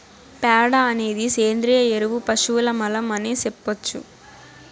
ప్యాడ అనేది సేంద్రియ ఎరువు పశువుల మలం అనే సెప్పొచ్చు